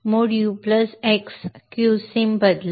मोड u x qsim बदला